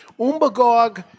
Umbagog